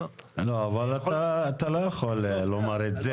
אתה לא יכול לומר את זה.